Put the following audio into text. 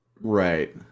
Right